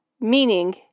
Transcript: Meaning